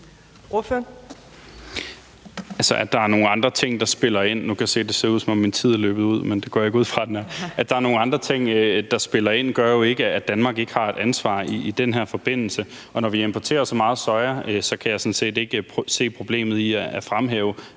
det går jeg ikke ud fra den er – gør jo ikke, at Danmark ikke har et ansvar i den her forbindelse, og når vi importerer så meget soja, kan jeg sådan set ikke se problemet i at fremhæve,